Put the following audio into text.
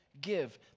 give